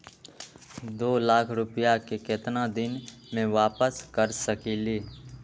दो लाख रुपया के केतना दिन में वापस कर सकेली?